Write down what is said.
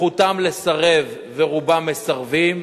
זכותם לסרב ורובם מסרבים.